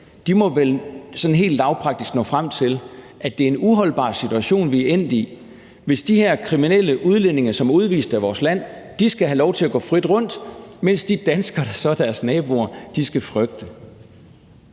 her – vel sådan helt lavpraktisk må nå frem til, at det er en uholdbar situation, vi er endt i, hvis de her kriminelle udlændinge, som er udvist af vores land, skal have lov til at gå frit rundt, mens de danskere, der så er deres naboer, skal føle